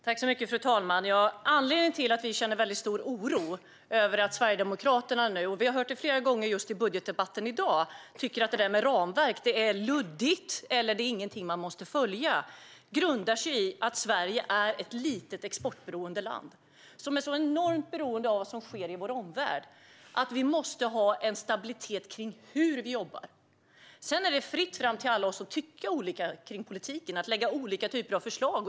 Fru talman! Anledningen till att vi känner stor oro över att Sverigedemokraterna - och vi har hört det flera gånger i budgetdebatten i dag - tycker att ett ramverk är luddigt eller att det inte är något som man måste följa grundar sig i att Sverige är ett litet exportberoende land. Sverige är så enormt beroende av vad som sker i vår omvärld att det måste finnas en stabilitet i hur vi jobbar. Sedan är det fritt fram för alla att tycka olika i politiken, att lägga fram olika typer av förslag.